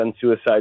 suicide